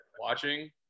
watching